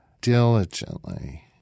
diligently